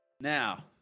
Now